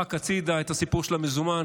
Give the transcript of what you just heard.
זרק הצידה את הסיפור של המזומן,